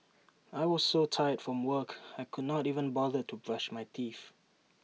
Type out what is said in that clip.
I was so tired from work I could not even bother to brush my teeth